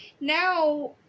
now